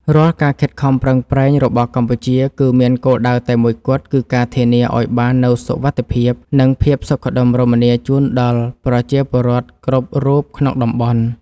រាល់ការខិតខំប្រឹងប្រែងរបស់កម្ពុជា គឺមានគោលដៅតែមួយគត់គឺការធានាឱ្យបាននូវសុវត្ថិភាព និងភាពសុខដុមរមនាជូនដល់ប្រជាពលរដ្ឋគ្រប់រូបក្នុងតំបន់។